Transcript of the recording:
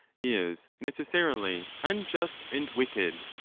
is necessarily unjust and wicked.